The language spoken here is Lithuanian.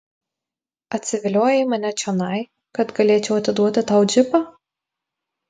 atsiviliojai mane čionai kad galėčiau atiduoti tau džipą